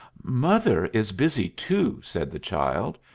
mother is busy, too, said the child.